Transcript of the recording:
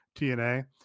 tna